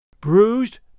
bruised